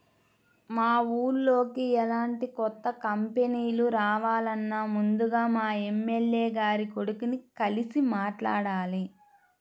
మా ఊర్లోకి ఎలాంటి కొత్త కంపెనీలు రావాలన్నా ముందుగా మా ఎమ్మెల్యే గారి కొడుకుని కలిసి మాట్లాడాలి